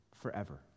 forever